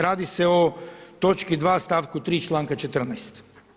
Radi se o točki 2., stavku 3. članka 14.